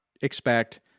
expect